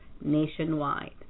nationwide